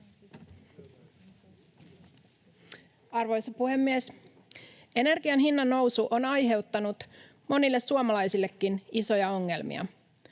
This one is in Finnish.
Arvoisa puhemies! Energian hinnannousu on aiheuttanut monille suomalaisillekin isoja ongelmia.